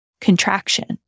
Contraction